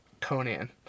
Conan